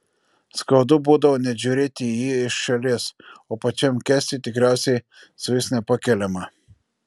skaudu būdavo net žiūrėti į jį iš šalies o pačiam kęsti tikriausiai suvis nepakeliama